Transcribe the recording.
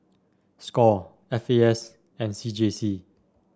Score F A S and C J C